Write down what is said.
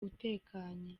utekanye